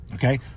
Okay